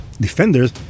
Defenders